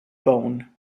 bone